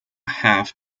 half